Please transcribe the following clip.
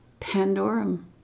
Pandorum